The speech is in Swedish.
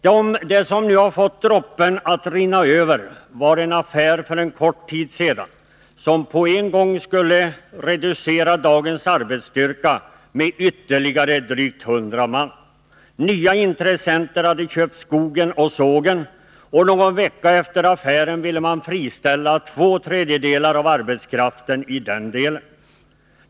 Det som nu fått droppen att rinna över är en affär för en kort tid sedan som på en gång skulle reducera dagens arbetsstyrka med ytterligare drygt 100 man. Nya intressenter hade köpt skogen och sågen och ville någon vecka efter affären friställa två tredjedelar av arbetskraften i den delen.